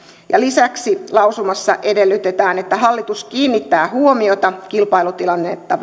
lisäksi lausumassa edellytetään että hallitus kiinnittää huomiota nollatuntisopimusten kilpailutilannetta